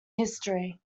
history